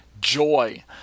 joy